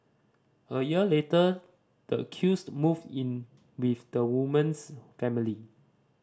a year later the accused moved in with the woman's family